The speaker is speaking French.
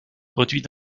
produit